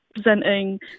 presenting